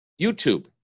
YouTube